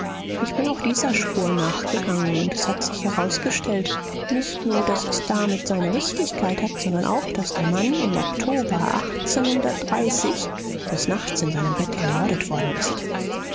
ich bin auch dieser spur nachgegangen und es hat sich herausgestellt nicht nur daß es damit seine richtigkeit hat sondern auch daß der mann im oktober des nachts in seinem bett ermordet worden ist